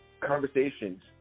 conversations